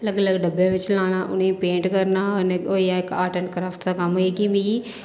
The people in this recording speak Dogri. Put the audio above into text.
अलग अलग डब्बे बिच्च लाना उ'नेंगी पेंट करना एह् होई गेआ इक आर्ट एंड क्राफ्ट दा कम्म ऐ कि मिगी